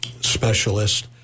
specialist